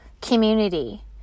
community